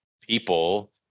people